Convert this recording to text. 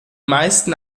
meisten